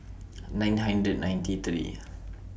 nine hundred ninety three